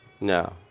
No